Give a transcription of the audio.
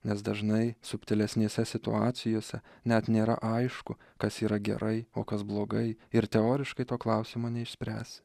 nes dažnai subtilesnėse situacijose net nėra aišku kas yra gerai o kas blogai ir teoriškai to klausimo neišspręsi